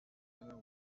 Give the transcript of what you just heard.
einer